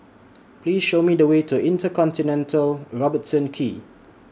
Please Show Me The Way to InterContinental Robertson Quay